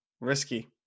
risky